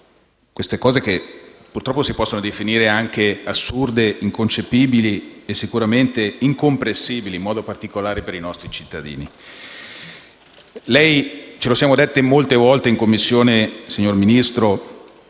questi eventi, che si possono definire assurdi, inconcepibili e sicuramente incomprensibili in particolare per i nostri cittadini. Ce lo siamo detti molte volte in Commissione, signor Ministro: